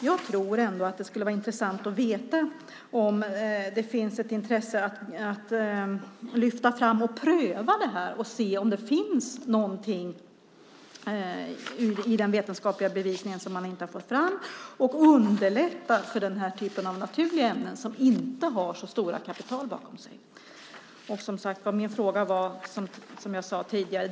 Jag tror att det skulle vara intressant att få veta om det finns ett intresse av att lyfta fram, pröva och se om det finns något i den vetenskapliga bevisningen som kan underlätta för den typen av naturliga ämnen som inte har så stora kapital bakom sig.